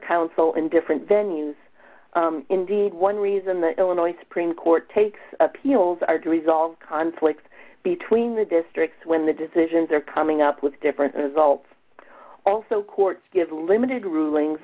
counsel in different venue is indeed one reason the illinois supreme court takes appeals are to resolve conflicts between the districts when the decisions are coming up with different results also courts give limited rulings